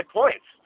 points